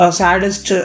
saddest